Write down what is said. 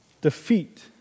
defeat